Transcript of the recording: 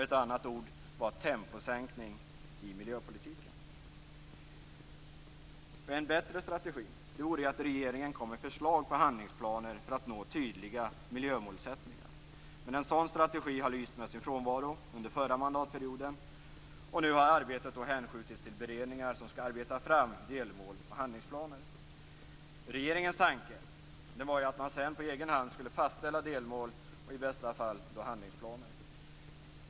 Ett annat ord var En bättre strategi vore att regeringen kom med förslag på handlingsplaner för att nå tydliga miljömål. Men en sådan strategi har lyst med sin frånvaro under förra mandatperioden, och nu har arbetet hänskjutits till beredningar som skall arbeta fram delmål och handlingsplaner. Regeringens tanke var att man sedan på egen hand skulle fastställa delmål och i bästa fall handlingsplaner.